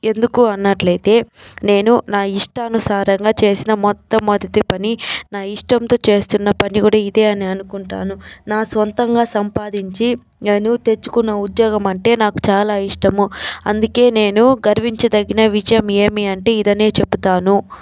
ఎందుకు అన్నట్లయితే నేను నా ఇష్టానుసారంగా చేసిన మొట్టమొదటి పని నా ఇష్టంతో చేస్తున్న పని కూడా ఇదే అని అనుకుంటాను నా సొంతంగా సంపాదించి నేను తెచ్చుకున్న ఉద్యోగం అంటే నాకు చాలా ఇష్టము అందుకే నేను గర్వించదగిన విజయం ఏమి అంటే ఇది అనే చెబుతాను